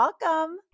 Welcome